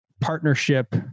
partnership